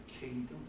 kingdom